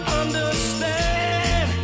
understand